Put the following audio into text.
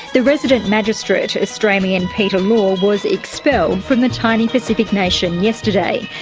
the resident magistrate, australian peter law, was expelled from the tiny pacific nation yesterday.